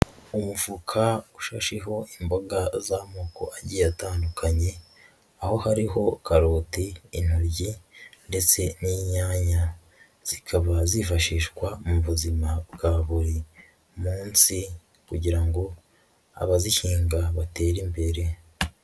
Umufuka ushasheho imboga z'amoko agi atandukanye, aho hariho karoti, intoryi ndetse n'inyanya, zikaba zifashishwa mu buzima bwa buri munsi kugira ngo abazihinga batere imbere.